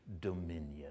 dominion